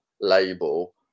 label